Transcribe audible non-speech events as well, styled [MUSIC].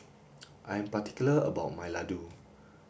[NOISE] I am particular about my Ladoo